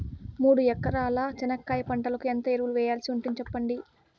మూడు ఎకరాల చెనక్కాయ పంటకు ఎంత ఎరువులు వేయాల్సి ఉంటుంది సెప్పండి?